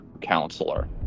counselor